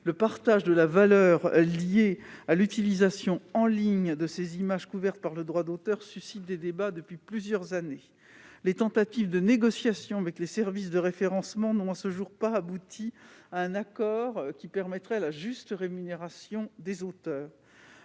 Le partage de la valeur liée à l'utilisation en ligne de ces images couvertes par le droit d'auteur suscite des débats depuis plusieurs années. Les tentatives de négociation avec les services de référencement n'ont pas abouti, à ce jour, à un accord qui garantirait une juste rémunération des auteurs.